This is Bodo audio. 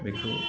बेखौ